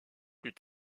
plus